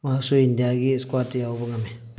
ꯃꯍꯥꯛꯁꯨ ꯏꯟꯗꯤꯌꯥ ꯏꯁꯀ꯭ꯋꯥꯠꯇ ꯌꯥꯎꯕ ꯉꯝꯃꯤ